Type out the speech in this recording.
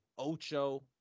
Ocho